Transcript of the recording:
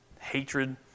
hatred